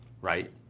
right